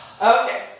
Okay